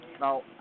Now